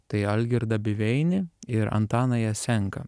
tai algirdą biveinį ir antaną jesenką